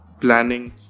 planning